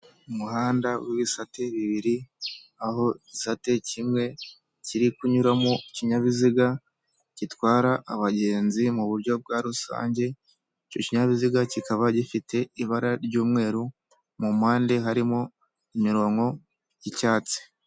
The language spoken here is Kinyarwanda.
Umuhanda w'ibisate bibiri aho igisate kimwe kiri kunyura mu ikinyabiziga gitwara abagenzi mu buryo bwa rusange, icyo kinyabiziga kikaba gifite ibara ry'umweru mu mpande harimo imirongo y'icyatsi.